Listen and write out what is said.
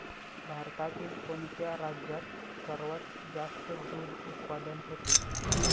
भारतातील कोणत्या राज्यात सर्वात जास्त दूध उत्पादन होते?